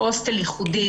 האם זה באמת המצב,